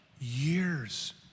years